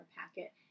packet